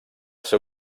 seu